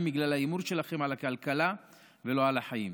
בגלל ההימור שלכם על הכלכלה ולא על החיים?